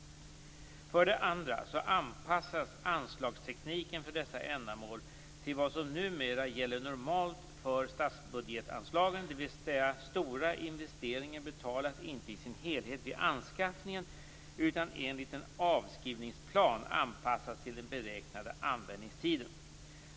För det andra anpassas anslagstekniken för dessa ändamål till vad som numera gäller normalt för statsbudgetsanslagen, dvs. stora investeringar betalas inte i sin helhet vid anskaffningen utan enligt en avskrivningsplan anpassad till den beräknade användningstiden.